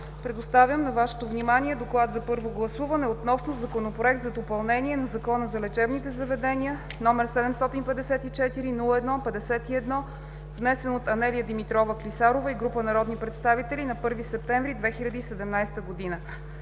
Представям на Вашето внимание: „ДОКЛАД за първо гласуване относно Законопроект за допълнение на Закона за лечебните заведения, № 754-01-51, внесен от Анелия Димитрова Клисарова и група народни представители на 1 септември 2017 г.